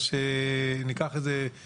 אז שניקח את זה בחזרה,